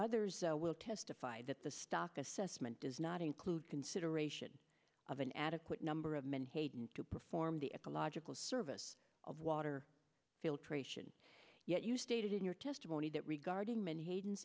others will testify that the stock assessment does not include consideration of an adequate number of menhaden to perform the ecological service of water filtration yet you stated in your testimony that regarding menhaden